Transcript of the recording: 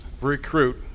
recruit